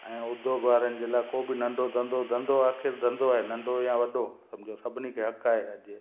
ऐं उद्योग वारनि जे लाइ को बि नंढो धंधो धंधो आख़िरि धंधो आहे नंढो या वॾो सम्झो सभिनी खे अकार अॼे